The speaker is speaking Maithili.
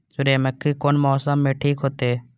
सूर्यमुखी कोन मौसम में ठीक होते?